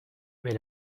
mais